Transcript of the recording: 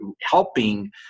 helping